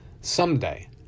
someday